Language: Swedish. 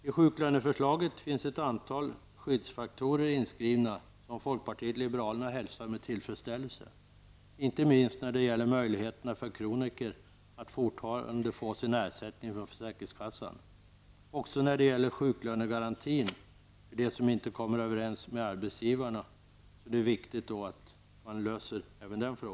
I sjuklöneförslaget finns ett antal skyddsfaktorer inskrivna som folkpartiet liberalerna hälsar med tillfredsställelse. Det gäller inte minst möjligheterna för kroniker att fortfarande få sin ersättning från försäkringskassan. Det är viktigt att man även löser frågan om sjuklönegaranti för dem som inte kommer överens med arbetsgivarna.